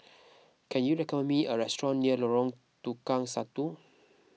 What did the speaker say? can you recommend me a restaurant near Lorong Tukang Satu